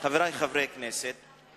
חברי חברי הכנסת,